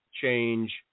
change